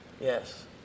Yes